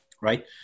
right